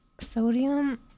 Sodium